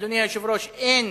אדוני היושב-ראש, אין